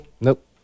Nope